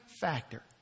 factor